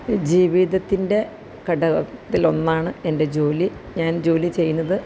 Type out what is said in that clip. ജീവിതത്തിൻ്റെ ഘടകത്തിലൊന്നാണ് എൻ്റെ ജോലി ഞാൻ ജോലി ചെയ്യുന്നത്